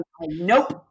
Nope